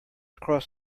across